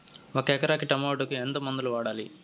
ఒక ఎకరాకి టమోటా కు ఎంత మందులు వాడాలి?